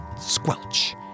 squelch